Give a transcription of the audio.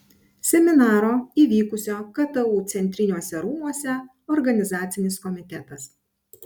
seminaro įvykusio ktu centriniuose rūmuose organizacinis komitetas